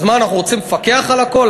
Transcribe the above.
אז מה, אנחנו רוצים לפקח על הכול?